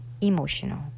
emotional